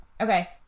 okay